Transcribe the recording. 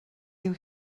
you